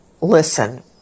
Listen